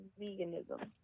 veganism